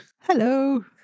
Hello